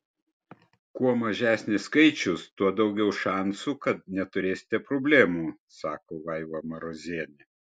kuo mažesnis skaičius tuo daugiau šansų kad neturėsite problemų sako vaiva marozienė